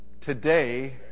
today